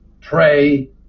pray